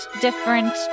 different